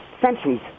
centuries